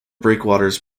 breakwaters